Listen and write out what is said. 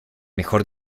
mejor